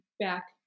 back